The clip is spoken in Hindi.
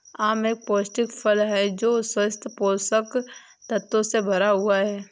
आम एक पौष्टिक फल है जो स्वस्थ पोषक तत्वों से भरा हुआ है